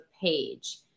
page